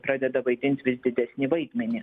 pradeda vaidint vis didesnį vaidmenį